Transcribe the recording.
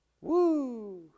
Woo